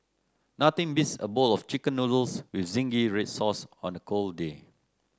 nothing beats a bowl of chicken noodles with zingy red sauce on a cold day